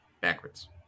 Backwards